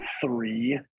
Three